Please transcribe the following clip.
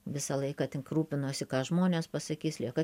visą laiką tik rūpinosi ką žmonės pasakys lieka